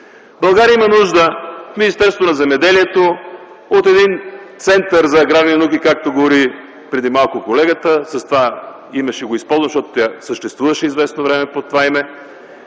България има нужда в Министерство на земеделието от един Център за аграрни науки, както говори преди малко колегата – с това име ще го използвам, защото съществуваше известно време под това име